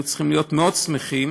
הם היו צריכים להיות מאוד שמחים,